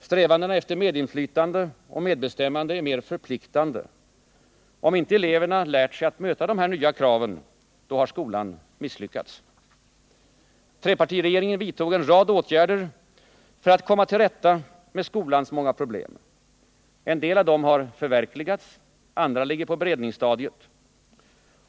Strävandena efter medinflytande och medbestämmande är mer förpliktande. Om inte eleverna lärt sig att möta dessa nya krav har skolan misslyckats. Trepartiregeringen föreslog och vidtog en rad åtgärder för att komma till rätta med skolans många problem. En del av dem har förverkligats. Andra ligger på beredningsstadiet.